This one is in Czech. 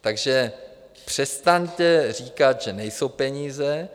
Takže přestaňte říkat, že nejsou peníze.